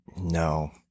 No